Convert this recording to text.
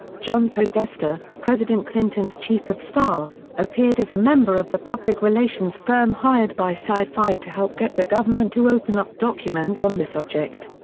john podesta, president clinton's chief of staff, appeared as a member of the public relations firm hired by sci-fi to help get the government to open up documents on the subject.